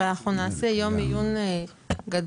ואנחנו נעשה יום עיון גדול